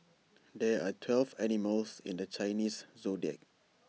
there are twelve animals in the Chinese Zodiac